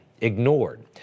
Ignored